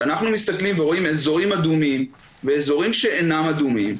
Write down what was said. ואם אנחנו מסתכלים ורואים אזורים אדומים ואזורים שאינם אדומים,